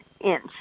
inch